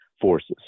forces